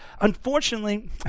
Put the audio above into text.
Unfortunately